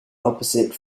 opposite